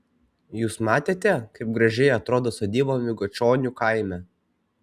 jūs matėte kaip gražiai atrodo sodyba miguičionių kaime